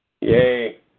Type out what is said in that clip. yay